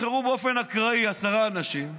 תבחרו באופן אקראי עשרה אנשים,